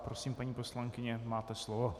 Prosím, paní poslankyně, máte slovo.